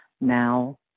now